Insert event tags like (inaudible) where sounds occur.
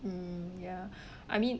mm ya (breath) I mean